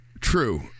true